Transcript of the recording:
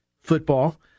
football